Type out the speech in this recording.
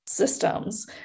systems